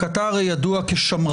כי אתה הרי ידוע כשמרן,